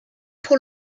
pour